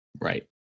right